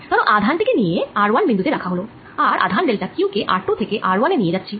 ধরো আধানটি নিয়ে r1 বিন্দু তে রাখা হল আর আধান ডেল্টা Q কে r2 থেকে r1 এ নিয়ে যাচ্ছি